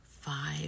five